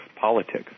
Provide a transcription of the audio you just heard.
politics